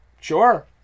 Sure